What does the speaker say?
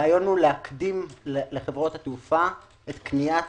הרעיון הוא להקדים לחברות התעופה את קניית